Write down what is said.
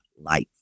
life